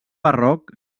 barroc